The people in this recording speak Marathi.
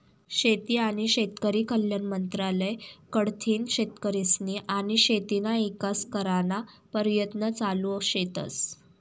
शेती आनी शेतकरी कल्याण मंत्रालय कडथीन शेतकरीस्नी आनी शेतीना ईकास कराना परयत्न चालू शेतस